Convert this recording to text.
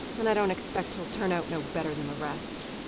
and i don't expect he'll turn out no better than the rest.